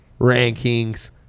rankings